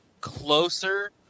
closer